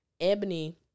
Ebony